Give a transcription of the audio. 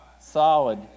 solid